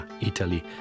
Italy